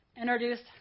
Introduced